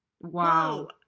Wow